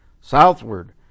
southward